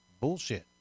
bullshit